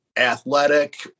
athletic